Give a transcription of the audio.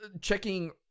checking